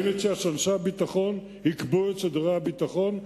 אני מציע שאנשי הביטחון יקבעו את סדרי הביטחון,